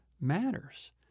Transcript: matters